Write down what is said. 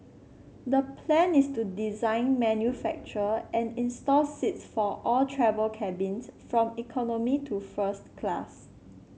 the plan is to design manufacture and install seats for all travel cabins from economy to first class